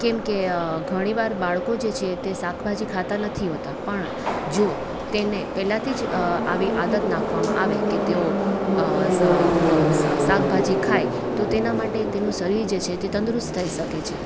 કેમકે ઘણીવાર બાળકો જે છે તે શાકભાજી ખાતા નથી હોતાં પણ જો તેને પહેલાંથી જ આવી આદત નાખવામાં આવે કે તેઓ શાકભાજી ખાય તો તેના માટે તેનું શરીર જે છે તે તંદુરસ્ત થઈ શકે છે